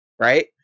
right